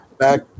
Back